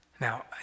Now